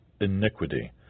iniquity